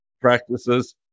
practices